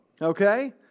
okay